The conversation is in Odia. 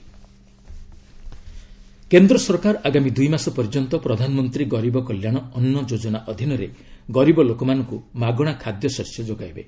ସେଶ୍ଚର ଅନ୍ନ ଯୋକନା କେନ୍ଦ୍ର ସରକାର ଆଗାମୀ ଦୁଇ ମାସ ପର୍ଯ୍ୟନ୍ତ ପ୍ରଧାନମନ୍ତ୍ରୀ ଗରିବ କଲ୍ୟାଣ ଅନୁ ଯୋଚ୍ଚନା ଅଧୀନରେ ଗରିବ ଲୋକମାନଙ୍କୁ ମାଗଣା ଖାଦ୍ୟଶସ୍ୟ ଯୋଗାଇବେ